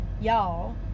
Y'all